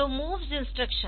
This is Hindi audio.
तो MOVS इंस्ट्रक्शन